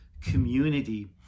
community